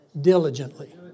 Diligently